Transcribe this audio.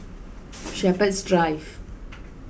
Shepherds Drive